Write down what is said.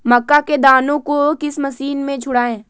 मक्का के दानो को किस मशीन से छुड़ाए?